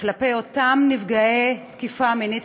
כלפי אותם נפגעי תקיפה מינית